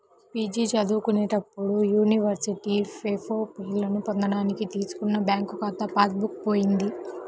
PG చదువుకునేటప్పుడు university ఫెలోషిప్పులను పొందడానికి తీసుకున్న బ్యాంకు ఖాతా పాస్ బుక్ పోయింది